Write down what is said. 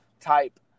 type